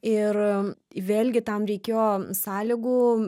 ir vėlgi tam reikėjo sąlygų